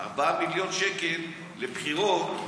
4 מיליון שקל לבחירות,